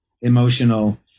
emotional